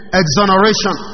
exoneration